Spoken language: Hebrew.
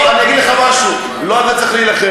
לא, אני אגיד לך משהו: לא אתה צריך להילחם.